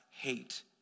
hate